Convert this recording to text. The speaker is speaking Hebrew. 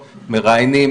מראיינים,